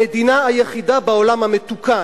המדינה היחידה בעולם המתוקן,